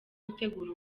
gutegura